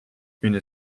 une